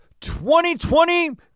2020